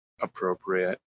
appropriate